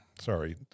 Sorry